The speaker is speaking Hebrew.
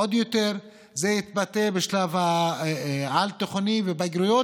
עוד יותר זה יתבטא בשלב העל-תיכוני ובבגרויות,